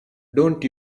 don’t